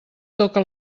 toca